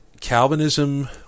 Calvinism